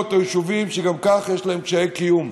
או יישובים שגם ככה יש להם קשיי קיום.